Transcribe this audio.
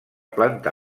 planta